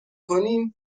کنیم